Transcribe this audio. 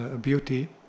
beauty